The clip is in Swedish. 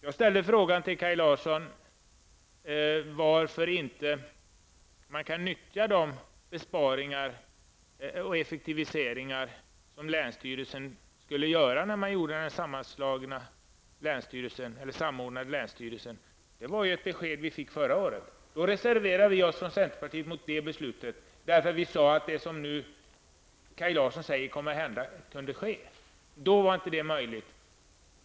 Jag ställde en fråga till Kaj Larsson om varför man inte kan nyttja de besparingar och effektiviseringar som länsstyrelsen skulle göra när man samordnade länsstyrelsen. Det var ju det besked som vi fick förra året. Vi från centerpartiet reserverade oss då, eftersom vi förutsåg vad som kunde ske. Men då sade Kaj Larsson att det inte var möjligt.